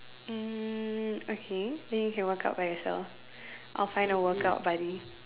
um okay then you can work out by yourself I'll find a workout buddy